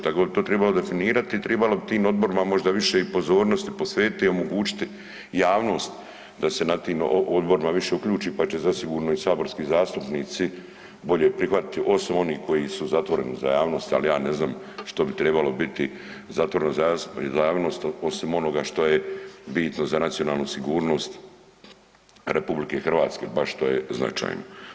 Tako da to bi tribalo definirati i tribalo bi tim odborima možda više i pozornosti posvetiti i omogućiti javnosti da se na tim odborima više uključi pa će zasigurno i saborski zastupnici bolje prihvatiti osim onih koji su zatvoreni za javnost, ali ja ne znam što bi trebalo biti zatvoreno za javnost osim onoga što je bitno za nacionalnu sigurnost RH baš što je značajno.